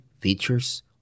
features